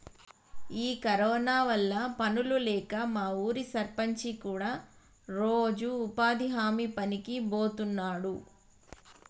ఈ కరోనా వల్ల పనులు లేక మా ఊరి సర్పంచి కూడా రోజు ఉపాధి హామీ పనికి బోతున్నాడు